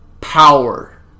power